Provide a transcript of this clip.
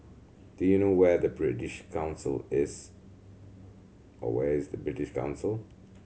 do you know where the British Council is where is British Council